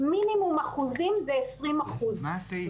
מינימום אחוזים זה 20%. מה זה הסעיף החדש?